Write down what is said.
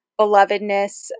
belovedness